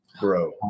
bro